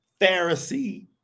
Pharisee